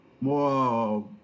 more